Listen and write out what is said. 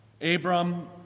Abram